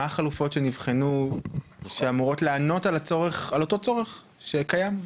מה החלופות שנבחנו שאמורות לענות על אותו הצורך שקיים.